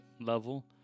level